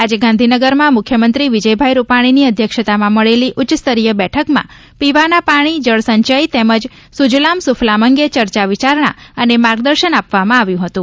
આજે ગાંધીનગરમાં મુખ્યમંત્રી વિજયભાઇ રૂપાણીની અધ્યક્ષતામાં મળેલી ઉચ્ચસ્તરીય બેઠકમાં પીવાના પાણી જળસંચય તેમજ સુજલામ સુફલામ અંગે ચર્ચા વિચારણા અને માર્ગદર્શન આપવામાં આવ્યું હતું